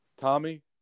Tommy